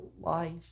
life